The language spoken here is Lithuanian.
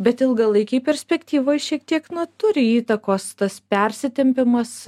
bet ilgalaikėj perspektyvoj šiek tiek na turi įtakos tas persitempimas